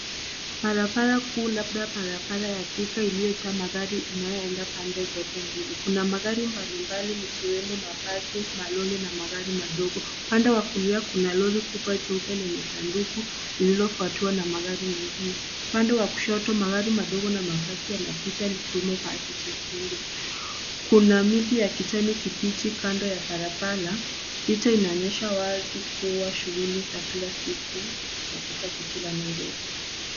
Barabara kuu labda barabara ya Thika, iliyojaa magari inayoenda pande zote mbili. Kuna magari mbalimbali ikiwemo mabasi, malori na magari madogo. Upande wa kulia kuna lori kubwa jeupe lenye sanduku lililofuatwa na magari mengine. Upande wa kushoto magari madogo na mabasi yanapita likiwemo basi jekundu. Kuna miti ya kijani kibichi kando ya barabara. Picha linaonyeshwa wazi kuwa shughuli za kila siku katika jiji la Nairobi.